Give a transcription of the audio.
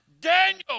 Daniel